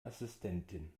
assistentin